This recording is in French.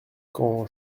quand